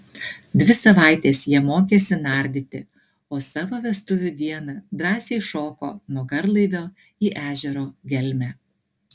dvi savaites jie mokėsi nardyti o savo vestuvių dieną drąsiai šoko nuo garlaivio į ežero gelmę